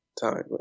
time